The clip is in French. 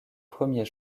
premiers